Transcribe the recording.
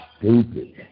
stupid